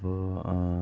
അപ്പോൾ